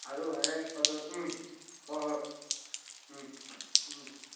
ꯑꯗꯨ ꯍꯣꯔꯦꯟ ꯎꯝ ꯍꯣꯏ ꯍꯣꯏ ꯎꯝ ꯎꯝ